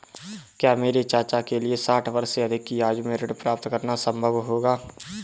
क्या मेरे चाचा के लिए साठ वर्ष से अधिक की आयु में ऋण प्राप्त करना संभव होगा?